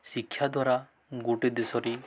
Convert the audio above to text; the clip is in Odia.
ଶିକ୍ଷା ଦ୍ୱାରା ଗୋଟେ ଦେଶରେ